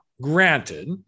Granted